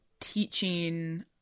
teaching